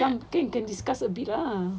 some things can discuss a bit ah